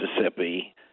Mississippi –